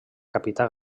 capità